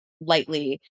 lightly